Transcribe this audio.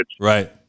Right